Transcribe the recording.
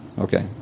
Okay